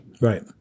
Right